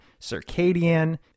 circadian